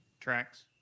tracks